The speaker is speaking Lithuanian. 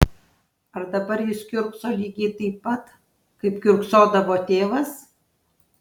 ar dabar jis kiurkso lygiai taip pat kaip kiurksodavo tėvas